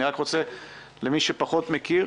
אני רק רוצה למי שפחות מכיר,